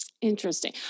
Interesting